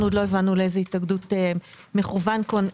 אנחנו עוד לא הבנו לאיזה התאגדות מכוון כאן.